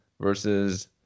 versus